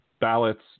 ballots